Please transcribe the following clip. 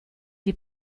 gli